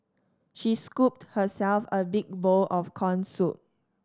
she scooped herself a big bowl of corn soup